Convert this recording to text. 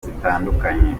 zitandukanye